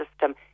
system